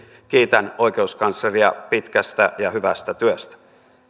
kiitän oikeuskansleria pitkästä ja hyvästä työstä